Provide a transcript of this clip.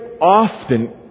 often